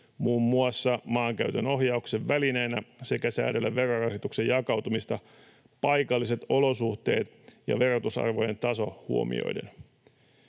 muun muassa maankäytön ohjauksen välineenä sekä säädellä verorasituksen jakautumista paikalliset olosuhteet ja verotusarvojen taso huomioiden.